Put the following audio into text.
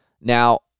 Now